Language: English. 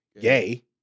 gay